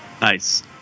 nice